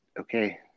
okay